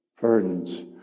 Burdens